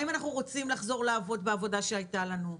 האם אנחנו רוצים לחזור לעבודה בעבודה שהייתה לנו,